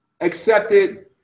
Accepted